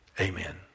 Amen